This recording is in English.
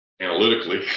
analytically